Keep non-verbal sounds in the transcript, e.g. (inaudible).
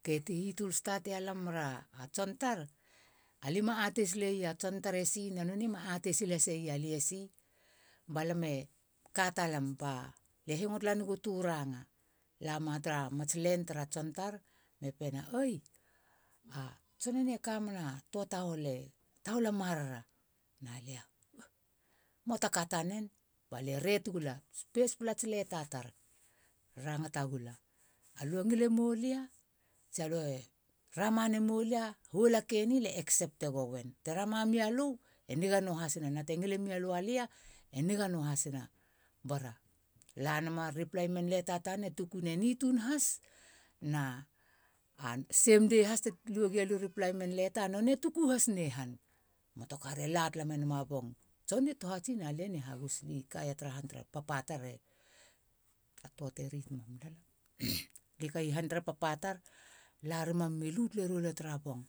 Oke, ti hitol stat ia lam mara tson tar, alia ma atei silei a tson tar esi na nonei ma atei sil hasei alie si. Ba lam e ka talam, ba lia e hengo tala naiegu töa ranga e lama tara mats len tara tson tar me pena. Oi, a tson eni e ka meiena a töa tahole, tahol a marara na lia puh moata ka tanen ba lie ret gula. Pespela ats leta tar, rangata gula, alöe ngile moulia tsi alöe rama namou lia, huol a ke ni, lie ekseptegoen. Te rama mia lö, e niga nöahasina na te ngile milö alia, e niga nöahasina. Bara lanama replaimen leta tanen e tuku neni tuun has na a sem dei has te lue gia lia u leta, nonei e tuku has nei han. Moto kar e la tala menama bong, tson ni tohatsi na lia ni hagus. Lia i kaia tara han tere papa tar, a töa te rit mam lalla. (noise) lia i kaia han tere papa tar, la rima memi lu tale rou lia tara bong.